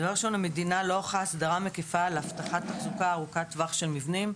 המדינה לא ערכה הסדרה מקיפה להסדרת אחזקה ארוכת טווח של מבנים.